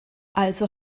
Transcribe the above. also